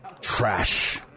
Trash